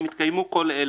אם התקיימו כל אלה: